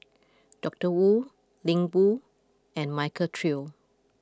Doctor Wu Ling Wu and Michael Trio